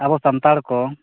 ᱟᱵᱚ ᱥᱟᱱᱛᱟᱲ ᱠᱚ